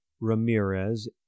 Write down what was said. Ramirez